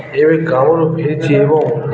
ଏ ଗଁରୁ ଫଚି ଏବଂ